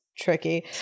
Tricky